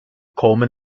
coleman